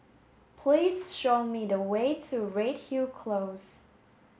please show me the way to Redhill Close